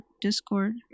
Discord